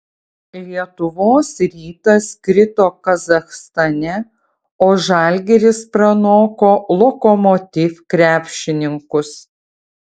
lietuvos rytas krito kazachstane o žalgiris pranoko lokomotiv krepšininkus